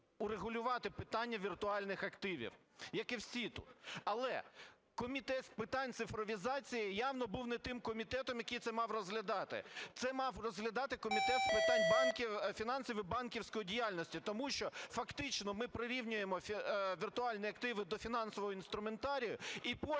урегулювати питання віртуальних активів, як і всі тут. Але Комітет з питань цифровізації явно був не тим комітетом, який це мав розглядати, це мав розглядати Комітет з питань фінансів і банківської діяльності. Тому що фактично ми прирівнюємо віртуальні активи до фінансового інструментарію і потім